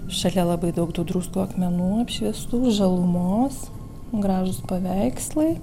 šalia labai daug tų druskų akmenų apšviestų žalumos gražūs paveikslai